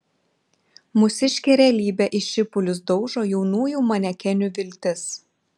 mūsiškė realybė į šipulius daužo jaunųjų manekenių viltis